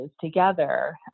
together